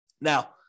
Now